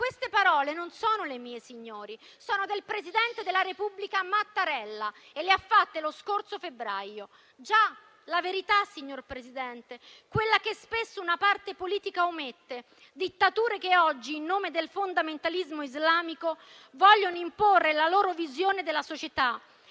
Queste parole non sono le mie, signori; sono del presidente della Repubblica Mattarella, e le ha pronunciate lo scorso febbraio. Già, la verità, signor Presidente, quella che spesso una parte politica omette; dittature che oggi, in nome del fondamentalismo islamico, vogliono imporre la loro visione della società